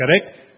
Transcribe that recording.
Correct